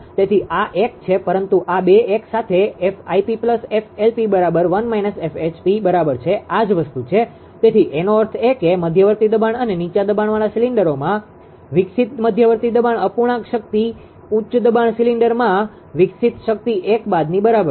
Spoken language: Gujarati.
તેથી આ 1 છે પરંતુ આ 2 એક સાથેબરાબર બરાબર છે આ જ વસ્તુ છે તેથી એનો અર્થ એ કે મધ્યવર્તી દબાણ અને નીચા દબાણવાળા સિલિન્ડરોમાં વિકસિત મધ્યવર્તી દબાણ અપૂર્ણાંક શક્તિ ઉચ્ચ દબાણ સિલિન્ડરમાં વિકસિત શક્તિ 1 બાદની બરાબર છે